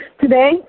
Today